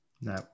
No